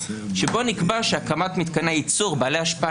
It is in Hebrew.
בו נקבע שהקמת מתקני ייצור בעלי השפעה